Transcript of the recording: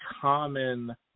common